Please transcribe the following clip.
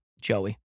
Joey